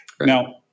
Now